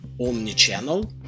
omni-channel